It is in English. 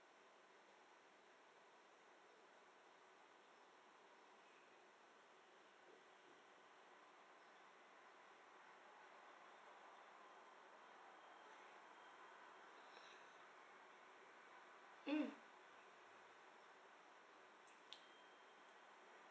mm